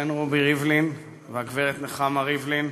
ראובן רובי ריבלין והגברת נחמה ריבלין,